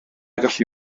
gallu